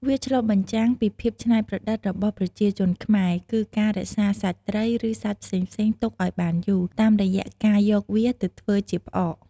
វាឆ្លុះបញ្ចាំងពីភាពច្នៃប្រឌិតរបស់ប្រជាជនខ្មែរ គឺការរក្សាសាច់ត្រី ឬ សាច់ផ្សេងៗទុកឱ្យបានយូរ តាមរយៈការយកវាទៅធ្វើជាផ្អក។